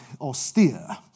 austere